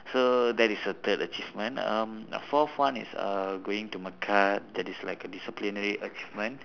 so that is the third achievement um fourth one is uh going to mecca that is like a disciplinary achievement